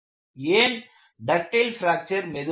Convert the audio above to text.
ஏன் ductile fracture மெதுவானது